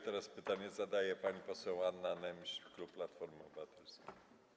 Teraz pytanie zadaje pani poseł Anna Nemś, klub Platforma Obywatelska.